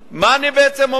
מה אני בעצם אומר,